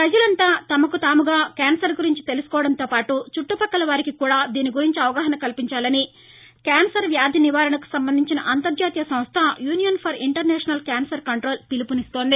ప్రజలంతా తమకు తాముగా క్యాన్సర్ గురించి తెలుసుకోవడంతో పాటు చుట్టపక్కల వారికి కూడా దీని గురించి అవగాహన కల్పించాలని క్యాన్సర్ వ్యాధి నివారణకు సంబంధించిన అంతర్జాతీయ సంస్ట union for international cancer control పిలుపునిస్తోంది